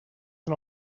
són